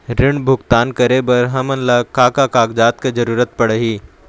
ऋण भुगतान करे बर हमन ला का का कागजात के जरूरत पड़ही?